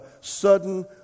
sudden